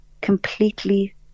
completely